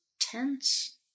tense